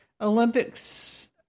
Olympics